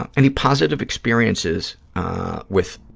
and any positive experiences with